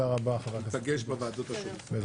בעד